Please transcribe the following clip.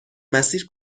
مسیر